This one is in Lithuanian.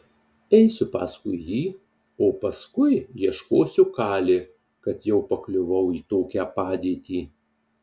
eisiu paskui jį o paskui ieškosiu kali kad jau pakliuvau į tokią padėtį